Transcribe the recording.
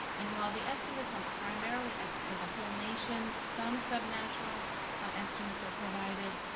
and while the estimates are primarily for the whole nation, some sub-national estimates are provided.